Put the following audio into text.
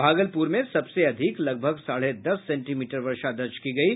भागलपुर में सबसे अधिक लगभग साढ़े दस सेंटीमीटर वर्षा दर्ज की गयी